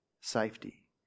safety